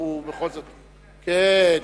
לכן,